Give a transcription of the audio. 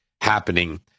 happening